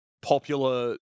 popular